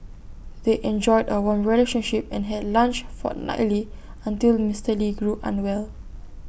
they enjoyed A warm relationship and had lunch fortnightly until Mister lee grew unwell